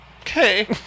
Okay